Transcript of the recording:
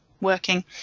working